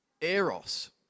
eros